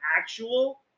actual